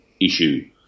issue